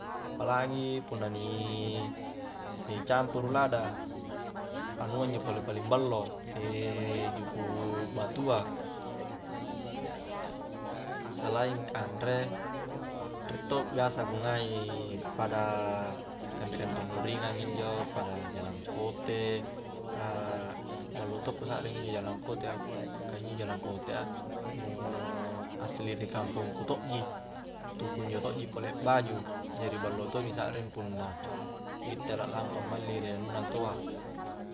Apalagi punna ni ee ni campuru lada, anua injo pole paling ballo ee juku' batua selaing kanre riek to biasa ku ngai pada kanre-kanre nu ringang injo, pada jalangkote, ka ballo to kusakring injo jalangkote a ka injo jalangkote a nu asli ri kampong ku to'ji tu kunjo to'ji pole akbaju jari ballo to' i ni sakring punna gitte la lampa malli ri anunna taua